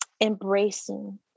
embracing